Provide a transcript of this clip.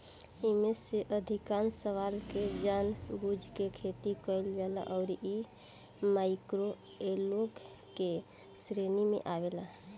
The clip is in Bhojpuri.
एईमे से अधिकांश शैवाल के जानबूझ के खेती कईल जाला अउरी इ माइक्रोएल्गे के श्रेणी में आवेला